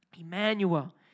Emmanuel